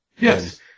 Yes